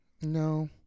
No